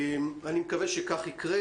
אני מקווה שכך יקרה.